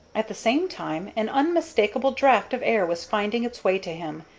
at the same time an unmistakable draught of air was finding its way to him,